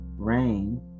Rain